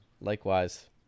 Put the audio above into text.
Likewise